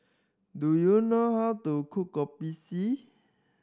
do you know how to cook Kopi C